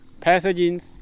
pathogens